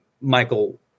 Michael